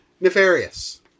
nefarious